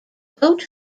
goat